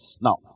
Now